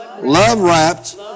love-wrapped